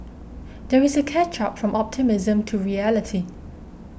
there is a catch up from optimism to reality